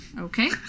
Okay